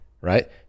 right